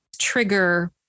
trigger